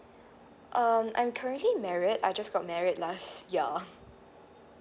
um I'm currently married I just got married last year